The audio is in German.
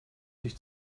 sich